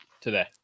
today